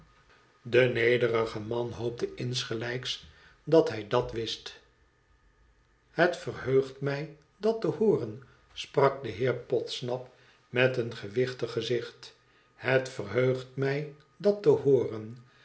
de nederige man hoopte insgelijks dat hij dat wist het verheugt mij dat te hooren sprak de heer podsnap met een gewichtig gezicht het verheugt mij dat te hooren